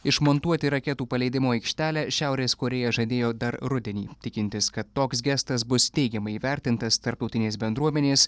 išmontuoti raketų paleidimo aikštelę šiaurės korėja žadėjo dar rudenį tikintis kad toks gestas bus teigiamai įvertintas tarptautinės bendruomenės